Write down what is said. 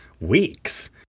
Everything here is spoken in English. weeks